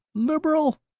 liberal?